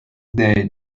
day